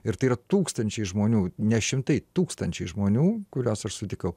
ir tai yra tūkstančiai žmonių ne šimtai tūkstančiai žmonių kuriuos aš sutikau